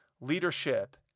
leadership